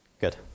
Good